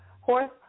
Horse